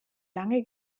lange